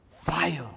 fire